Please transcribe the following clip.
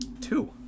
two